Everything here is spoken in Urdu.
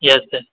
یس سر